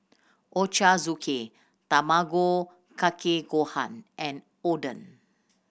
Ochazuke Tamago Kake Gohan and Oden